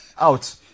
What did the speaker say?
Out